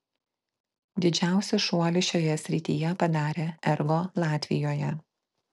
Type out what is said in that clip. didžiausią šuolį šioje srityje padarė ergo latvijoje